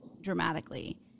dramatically